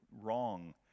wrong